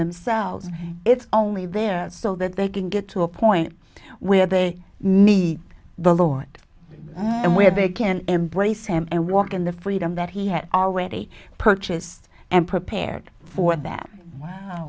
themselves it's only there so that they can get to a point where they meet the lord and we have they can embrace him and walk in the freedom that he had already purchased and prepared for that